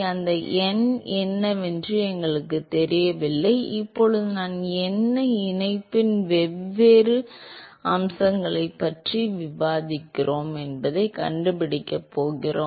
அந்த n என்னவென்று எங்களுக்குத் தெரியவில்லை இப்போது நாம் ஏன் இணைப்பின் வெவ்வேறு அம்சங்களைப் பற்றி விவாதிக்கிறோம் என்பதைக் கண்டுபிடிக்கப் போகிறோம்